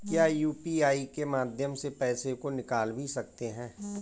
क्या यू.पी.आई के माध्यम से पैसे को निकाल भी सकते हैं?